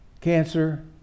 cancer